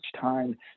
time